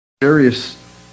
various